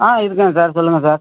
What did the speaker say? ஆ இது தான் சார் சொல்லுங்கள் சார்